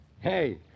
Hey